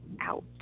out